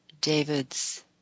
David's